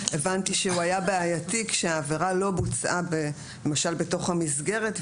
שהבנתי שהוא היה בעייתי כשהעבירה לא בוצעה למשל בתוך המסגרת,